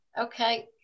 Okay